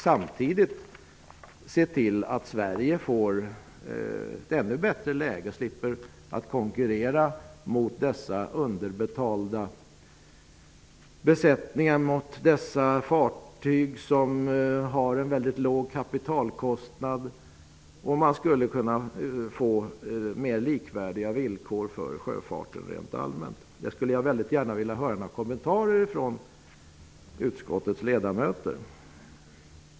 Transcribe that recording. Sverige skulle samtidigt kunna få ett ännu bättre läge och slippa konkurrera med underbetalda besättningar och fartyg som har låg kapitalkostnad. Villkoren för sjöfarten allmänt sett skulle kunna bli likvärdiga.